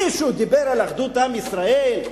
מישהו דיבר על אחדות עם ישראל?